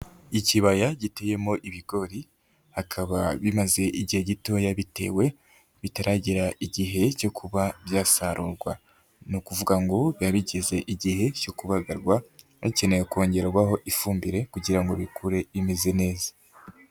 Ikibaya giteyemo ibigori bikaba bimaze igihe gitoya bitewe, bitaragera igihe cyo kuba byasarurwa, ni ukuvuga ngo biba bigeze igihe cyo kubagarwa, hakeneye kongerwaho ifumbire kugira ngo bikure imeze neza.